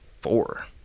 Four